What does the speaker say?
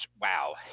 wow